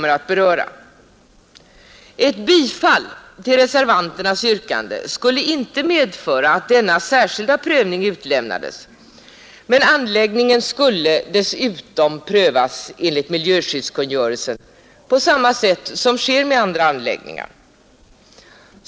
Ett bifall till reservanternas yrkande skulle inte medföra att denna särskilda prövning utelämnades, men anläggningen skulle dessutom prövas enligt miljöskyddskungörelsen på samma sätt som sker med andra anläggningar.